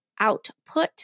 output